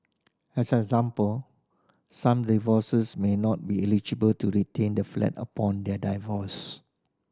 as an example some divorces may not be eligible to retain the flat upon their divorce